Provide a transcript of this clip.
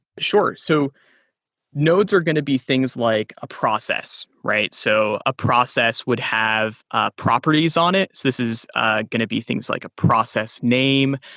sure. so nodes are going to be things like a process, right? so a process would have ah properties on it. this is ah going to be things like a process name,